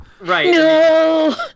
Right